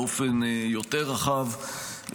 באופן יותר רחב,